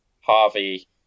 Harvey